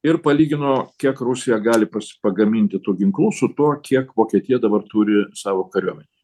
ir palygino kiek rusija gali pagaminti tų ginklų su tuo kiek vokietija dabar turi savo kariuomenėj